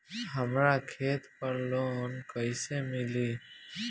हमरा खेत पर लोन कैसे मिली?